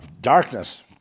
darkness